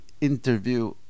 interview